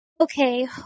okay